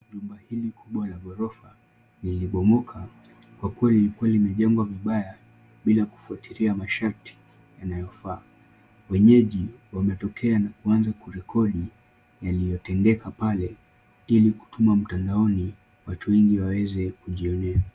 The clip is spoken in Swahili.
Nyumba hili kubwa la ghorofa lilibomoka kwa kuwa lilikuwa limejengwa vibaya bila kufuatilia masharti yanayofaa. Wenyeji wametokea na kuanza kurekodi yaliotendeka pale ili kutuma mtandaoni watu wengi waweze kujionea.